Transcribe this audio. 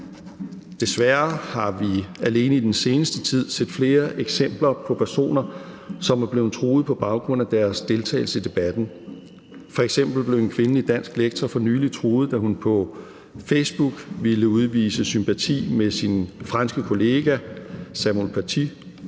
Desværre har vi alene i den seneste tid set flere eksempler på personer, som er blevet truet på baggrund af deres deltagelse i debatten. F.eks. blev en kvindelig dansk lektor for nylig truet, da hun på Facebook ville udvise sympati med sin franske kollega Samuel Paty.